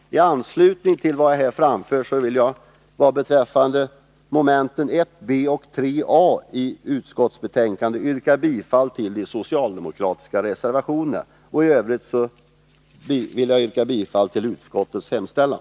Med vad jag här anfört vill jag vad beträffar mom. 1 b och 3 a yrka bifall till de socialdemokratiska reservationerna. I övrigt yrkar jag bifall till utskottets hemställan.